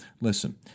listen